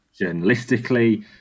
journalistically